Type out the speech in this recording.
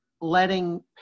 letting